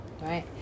Right